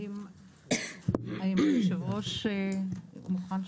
האם היושב-ראש מוכן שאנחנו נתייחס?